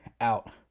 out